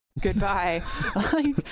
Goodbye